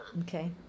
Okay